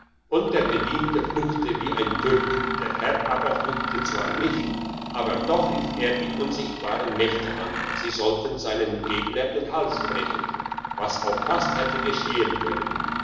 und der bediente fluchte wie ein türk der herr aber fluchte zwar nicht aber doch rief er die unsichtbaren mächte an sie sollten seinem gegner den hals brechen was auch fast hätte geschehen können